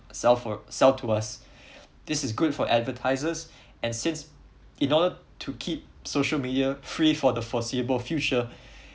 sell for sell to us this is good for advertisers and since in order to keep social media free for the foreseeable future